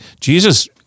Jesus